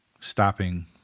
stopping